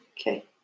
Okay